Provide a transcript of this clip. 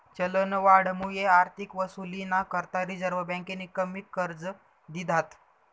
चलनवाढमुये आर्थिक वसुलीना करता रिझर्व्ह बँकेनी कमी कर्ज दिधात